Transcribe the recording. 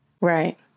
Right